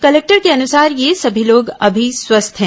collector के अनुसार ये सभी लोग अभी स्वस्थ हैं